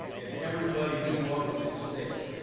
and everybody knew what was at stake.